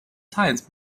times